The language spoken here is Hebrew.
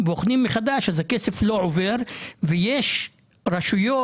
בוחנים מחדש אז הכסף לא עובר ויש רשויות